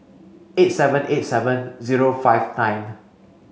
eight seven eight seven zero five nine